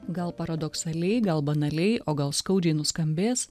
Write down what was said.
gal paradoksaliai gal banaliai o gal skaudžiai nuskambės